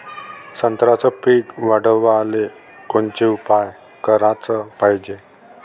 संत्र्याचं पीक वाढवाले कोनचे उपाव कराच पायजे?